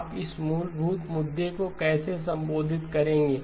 आप इस मूलभूत मुद्दे को कैसे संबोधित करेंगे